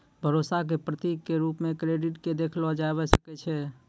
भरोसा क प्रतीक क रूप म क्रेडिट क देखलो जाबअ सकै छै